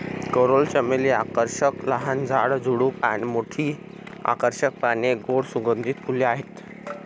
coral चमेली आकर्षक लहान झाड, झुडूप, मोठी आकर्षक पाने, गोड सुगंधित फुले आहेत